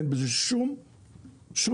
אין בזה שום דבר.